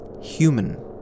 human